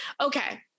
Okay